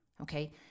okay